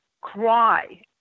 cry